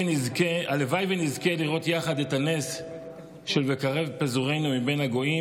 הלוואי שנזכה לראות יחד את הנס של "וקרב פזורינו מבין הגויים"